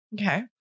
Okay